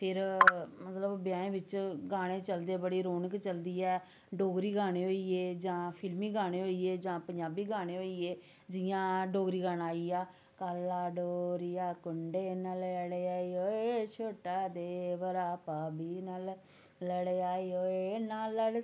फिर मतलब ब्याहें बिच्च गाने चलदे बड़ी रौनक चलदी ऐ डोगरी गाने होई गे जां फिल्मी गाने होई गे जां पंजाबी गाने होई गे जि'यां डोगरी गाना आई गेआ काला डोरिया कुंडे नाल अड़ेआ ओये छोटा देवरा भाबी नाल लड़ेआई ओये ना लड़